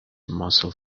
muscle